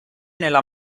nella